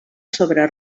sobre